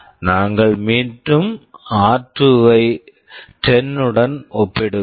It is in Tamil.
நாங்கள் மீண்டும் ஆர்2 r2 ஐ 10 உடன் ஒப்பிடுகிறோம்